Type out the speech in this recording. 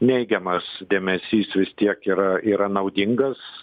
neigiamas dėmesys vis tiek yra yra naudingas